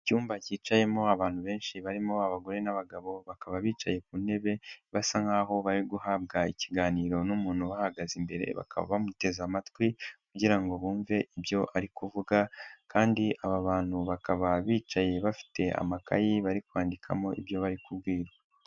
Icyumba cyicayemo abantu benshi barimo abagore n'abagabo, bakaba bicaye ku ntebe basa nk'aho bari guhabwa ikiganiro n'umuntu ubahagaze imbere, bakaba bamuteze amatwi kugira ngo bumve ibyo ari kuvuga, kandi aba bantu bakaba bicaye bafite amakayi bari kwandikamo ibyo bari kubwirwa.